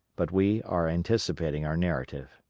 but we are anticipating our narrative.